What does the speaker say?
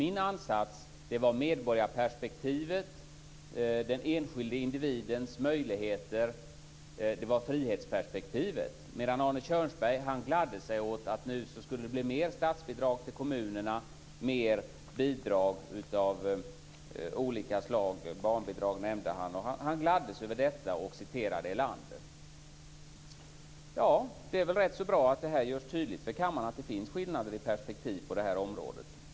Min ansats var medborgarperspektivet, den enskilde individens möjligheter, frihetsperspektivet, medan Arne Kjörnsberg gladde sig åt att det skulle bli mer statsbidrag till kommunerna, mer bidrag av olika slag. Han nämnde barnbidrag och gladde sig över detta och citerade Erlander. Ja, det är väl rätt så bra att det görs tydligt för kammaren att det finns skillnader i perspektiv på det här området.